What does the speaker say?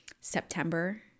September